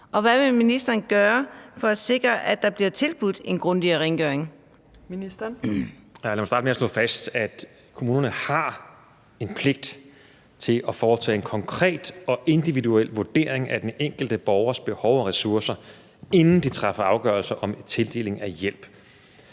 Torp): Ministeren. Kl. 14:57 Sundheds- og ældreministeren (Magnus Heunicke): Lad mig starte med at slå fast, at kommunerne har en pligt til at foretage en konkret og individuel vurdering af den enkelte borgers behov og ressourcer, inden de træffer afgørelse om tildeling af hjælp.